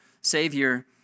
Savior